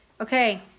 Okay